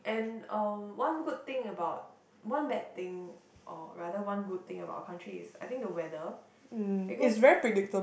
and um one good thing about one bad thing or rather one good thing about the country is I think the weather because